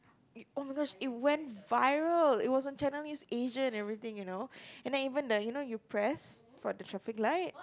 oh-my-gosh it went viral it was on Channel News Asia and everything you know and that even the you know when you press for the traffic light